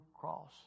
cross